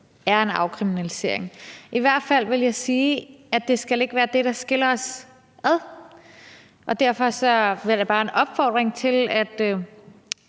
er en afkriminalisering. I hvert fald vil jeg sige, at det ikke skal være det, der skiller os ad, og derfor er det bare en opfordring til, at